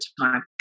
time